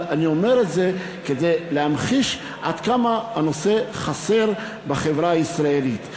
אבל אני אומר את זה כדי להמחיש עד כמה הנושא חסר בחברה הישראלית,